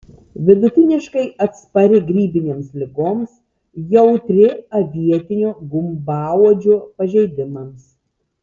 vidutiniškai atspari grybinėms ligoms jautri avietinio gumbauodžio pažeidimams